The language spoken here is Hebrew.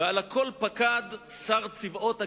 ועל הכול פקד שר צבאות הגירוש,